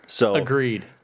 Agreed